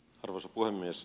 arvoisa puhemies